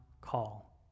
call